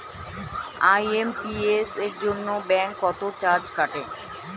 IMPS এর জন্য bank কত চার্জ কাটে?